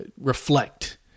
reflect